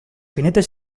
jinetes